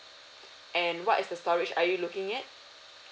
and what is the storage are you looking at